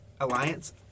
alliance